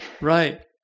Right